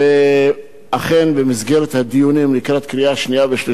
ואכן, במסגרת הדיונים לקראת קריאה שנייה ושלישית